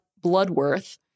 Bloodworth